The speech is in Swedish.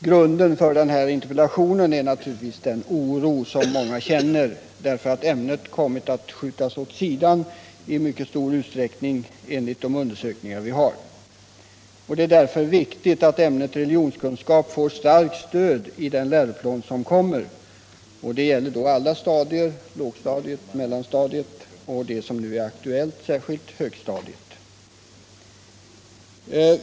Grunden för interpellationen är naturligtvis den oro som många känner därför att ämnet kommit att skjutas åt sidan i mycket stor utsträckning enligt de undersökningar som föreligger. Det är därför viktigt att ämnet religionskunskap får starkt stöd i den läroplan som kommer. Det gäller då alla stadier — lågstadiet, mellanstadiet och vad som nu är särskilt aktuellt, nämligen högstadiet.